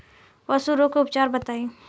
पशु रोग के उपचार बताई?